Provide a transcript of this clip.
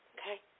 Okay